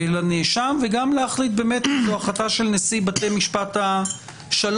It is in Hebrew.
וגם להחליט אם זו החלטה של נשיא בתי משפט השלום,